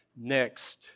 next